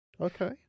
Okay